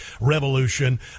revolution